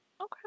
Okay